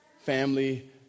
Family